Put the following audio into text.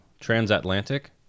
Transatlantic